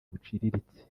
buciriritse